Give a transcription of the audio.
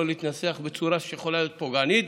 להתנסח בצורה שיכולה להיות פוגענית,